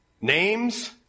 names